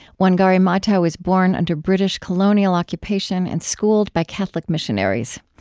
wangari maathai was born under british colonial occupation and schooled by catholic missionaries.